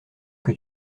que